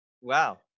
Wow